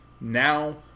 Now